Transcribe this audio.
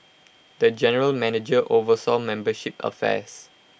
the general manager oversaw membership affects